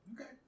Okay